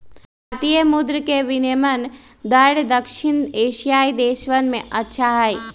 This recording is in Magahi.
भारतीय मुद्र के विनियम दर दक्षिण एशियाई देशवन में अच्छा हई